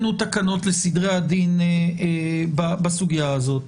תקנות לסדרי הדין בסוגיה הזאת,